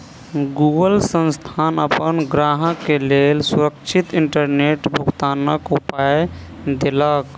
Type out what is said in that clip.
Google संस्थान अपन ग्राहक के लेल सुरक्षित इंटरनेट भुगतनाक उपाय देलक